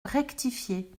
rectifié